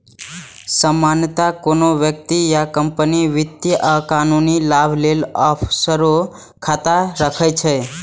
सामान्यतः कोनो व्यक्ति या कंपनी वित्तीय आ कानूनी लाभ लेल ऑफसोर खाता राखै छै